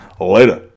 Later